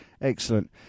Excellent